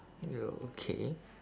okay